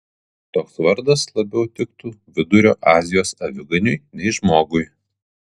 toks vardas labiau tiktų vidurio azijos aviganiui nei žmogui